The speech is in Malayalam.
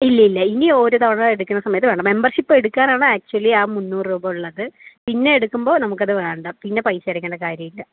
ഇല്ലയില്ല ഇനി ഒരോ തവണ എടുക്കുന്ന സമയത്ത് വേണ്ട മെമ്പർഷിപ്പ് എടുക്കാനാണ് ആക്ച്വലി ആ മുന്നൂറ് രൂപ ഉള്ളത് പിന്നെ എടുക്കുമ്പോൾ നമുക്കതു വേണ്ട പിന്നെ പൈസ അടയ്ക്കേണ്ട കാര്യമില്ല